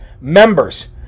members